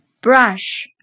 Brush